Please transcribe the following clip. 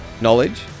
knowledge